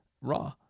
Raw